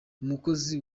umukozi